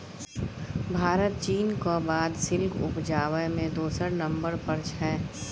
भारत चीनक बाद सिल्क उपजाबै मे दोसर नंबर पर छै